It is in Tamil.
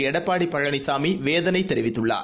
எடப்பாடிபழனிசாமிவேதனைதெரிவித்துள்ளார்